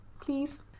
Please